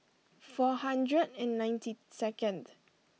four hundred and ninety second